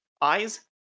eyes